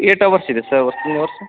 eight hours ಇದೆ sir working hours